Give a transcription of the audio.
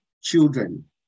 children